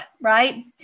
Right